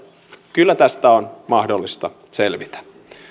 kyllä tästä on mahdollista selvitä